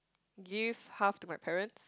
give half to my parent